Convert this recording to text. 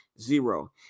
zero